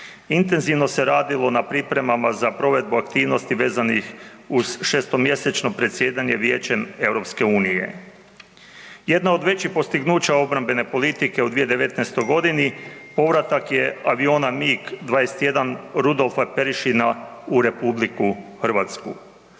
Intenzivno se radilo na pripremama za provedbu aktivnosti vezanih uz 6-mjesečno predsjedanje Vijećem EU. Jedno od većih postignuća obrambene politike u 2019. g. povratak je aviona MIG-21 Rudolfa Perešina u RH. Nakon